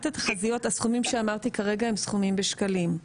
הסכומים שאמרתי כרגע הם סכומים בשקלים.